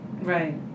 Right